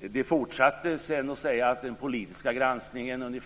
Ordföranden fortsatte sedan med att säga att den politiska granskningen